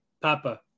Papa